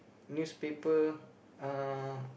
newspaper uh